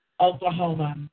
Oklahoma